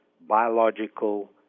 biological